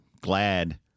glad